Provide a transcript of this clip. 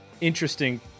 interesting